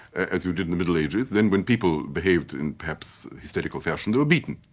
as you did in the middle ages, then when people behaved in perhaps hysterical fashion, they were beaten.